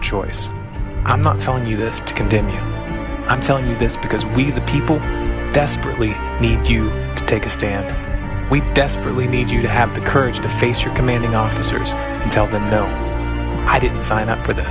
a choice i'm not telling you this to continue i'm telling you this because we the people desperately need you to take a stand we desperately need you to have the courage to face your commanding officers and tell them no i didn't sign up for th